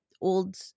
old